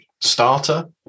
starter